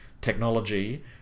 technology